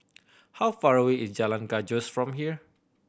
how far away is Jalan Gajus from here